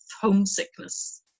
homesickness